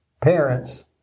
parents